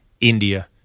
India